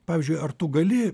pavyzdžiui ar tu gali